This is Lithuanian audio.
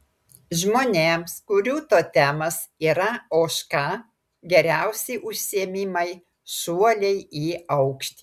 žmonėms kurių totemas yra ožka geriausi užsiėmimai šuoliai į aukštį